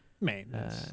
Man